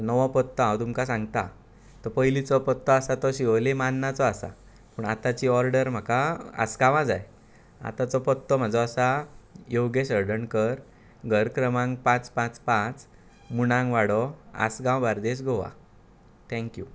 नवो पत्तो हांव तुमकां सांगतां तो पयलींचो पत्तो आसा तो शिवोलीमचो आसा पूण आतांची ऑर्डर म्हाका आसगांवां जाय आतांचो पत्तो म्हाजो आसा योगेश हळदणकर घर क्रमांक पांच पांच पांच मुणांगवाडो आसगांव बार्देस गोआ थॅंक्यू